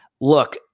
Look